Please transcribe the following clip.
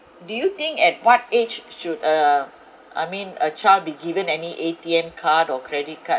do you think at what age should uh I mean a child be given any A_T_M card or credit card